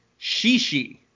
Shishi